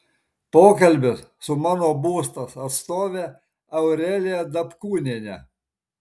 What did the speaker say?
pokalbis su mano būstas atstove aurelija dapkūniene